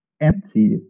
empty